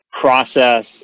process